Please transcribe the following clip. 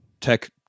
tech